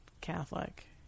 Catholic